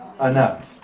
Enough